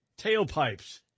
tailpipes